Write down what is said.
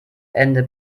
ende